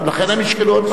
לכן, הם ישקלו.